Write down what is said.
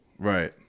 Right